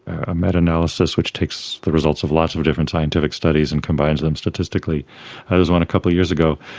a meta-analysis which takes the results of lots of different scientific studies and combines them statistically, there was one a couple of years ago,